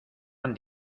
han